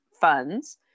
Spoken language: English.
funds